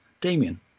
Damien